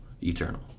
Eternal